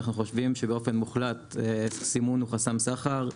אנחנו חושבים שבאופן מוחלט סימון הוא חסם סחר.